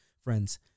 friends